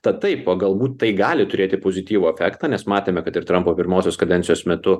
tatai po galbūt tai gali turėti pozityvų efektą nes matėme kad ir trumpo pirmosios kadencijos metu